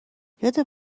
یاد